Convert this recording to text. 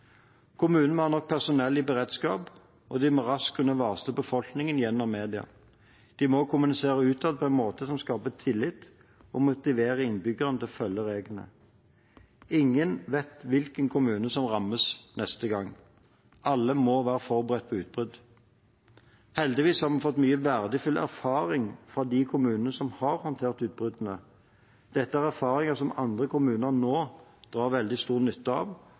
kunne varsle befolkningen gjennom media. De må også kommunisere utad på en måte som skaper tillit og motiverer innbyggerne til å følge reglene. Ingen vet hvilken kommune som rammes neste gang. Alle må være forberedt på utbrudd. Heldigvis har vi fått mye verdifull erfaring fra de kommunene som har håndtert utbruddene. Dette er erfaringer som andre kommuner nå drar veldig stor nytte av,